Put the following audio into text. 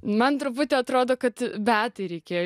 man truputį atrodo kad beatai reikėjo